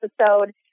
episode